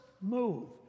move